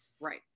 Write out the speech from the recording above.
Right